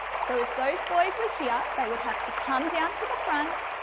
so, if those boys were here they would have to come down to the front,